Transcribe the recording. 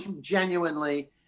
genuinely